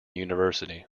university